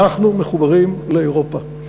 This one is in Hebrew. אנחנו מחוברים לאירופה.